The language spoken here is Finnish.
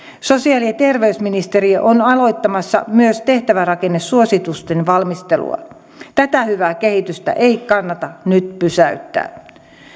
sosiaali ja terveysministeriö on aloittamassa myös tehtävärakennesuositusten valmistelua tätä hyvää kehitystä ei kannata nyt pysäyttää